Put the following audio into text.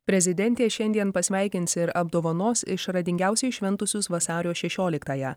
prezidentė šiandien pasveikins ir apdovanos išradingiausiai šventusius vasario šešioliktąją